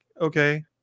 okay